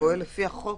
הוא פועל לפי החוק.